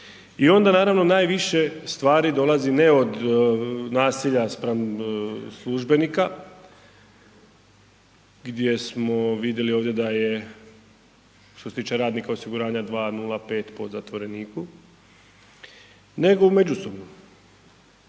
i onda naravno najviše stvari dolazi ne od nasilja spram službenika gdje smo vidjeli ovdje da je, što se tiče radnika osiguranja dva, nula, pet po zatvoreniku, nego međusobno